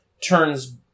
turns